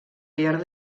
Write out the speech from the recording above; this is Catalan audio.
pierre